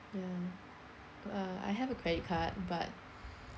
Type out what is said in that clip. ya uh I have a credit card but